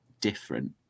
different